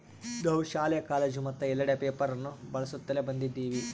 ನಾವು ಶಾಲೆ, ಕಾಲೇಜು ಮತ್ತು ಎಲ್ಲೆಡೆ ಪೇಪರ್ ಅನ್ನು ಬಳಸುತ್ತಲೇ ಬಂದಿದ್ದೇವೆ